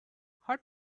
what